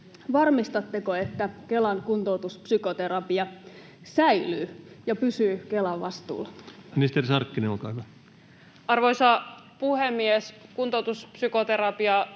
varmistatteko, että Kelan kuntoutuspsykoterapia säilyy ja pysyy Kelan vastuulla? Ministeri Sarkkinen, olkaa hyvä. Arvoisa puhemies! Kuntoutuspsykoterapia